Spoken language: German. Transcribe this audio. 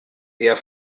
eher